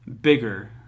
bigger